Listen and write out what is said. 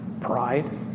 Pride